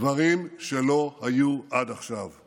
דברים שלא היו עד עכשיו.